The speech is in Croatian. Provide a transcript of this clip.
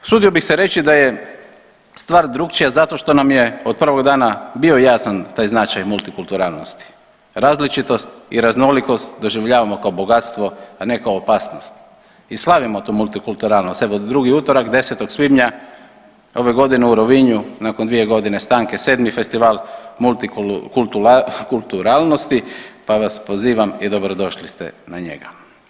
Usudio bih se reći da je stvar drukčija zato što nam je od prvog dana bio jasan taj značaj multikulturalnosti, različitost i raznolikost doživljavamo kao bogatstvo, a ne kao opasnost i slavimo tu multikulturalnost evo drugi utorak 10. svibnja ove godine u Rovinju nakon dvije godine stanke, 7. Festival multikulturalnosti pa vas pozivam i dobrodošli ste na njega.